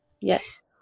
yes